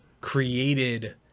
Created